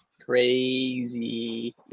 Crazy